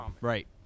Right